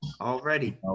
Already